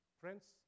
Friends